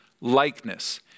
likeness